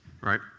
Right